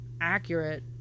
accurate